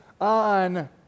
on